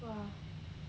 !wah!